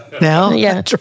now